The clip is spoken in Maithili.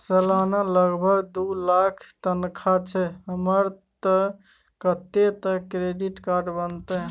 सलाना लगभग दू लाख तनख्वाह छै हमर त कत्ते तक के क्रेडिट कार्ड बनतै?